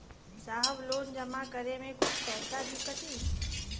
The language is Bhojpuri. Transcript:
साहब लोन जमा करें में कुछ पैसा भी कटी?